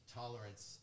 tolerance